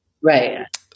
Right